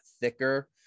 thicker